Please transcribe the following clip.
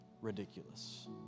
ridiculous